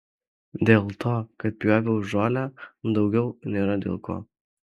dėl to kad pjoviau žolę daugiau nėra dėl ko